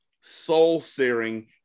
soul-searing